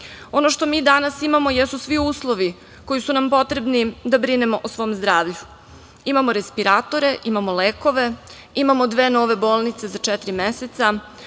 što mi danas imamo jesu svi uslovi koji su nam potrebni da brinemo o svom zdravlju. Imamo respiratore, imamo lekove, imamo dve nove bolnice za četiri meseca,